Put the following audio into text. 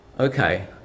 Okay